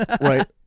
Right